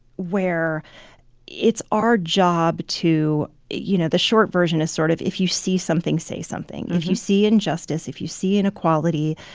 where it's our job to you know, the short version is sort of, if you see something, say something. if you see injustice, if you see inequality,